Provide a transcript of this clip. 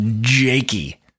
Jakey